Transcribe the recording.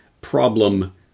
problem